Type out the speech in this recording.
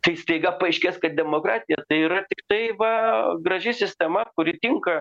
tai staiga paaiškės kad demokratija tai yra tiktai va graži sistema kuri tinka